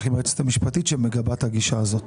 עם היועצת המשפטית שמגבה את הגישה הזאת.